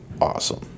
awesome